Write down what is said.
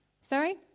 Sorry